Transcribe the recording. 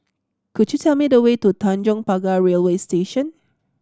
could you tell me the way to Tanjong Pagar Railway Station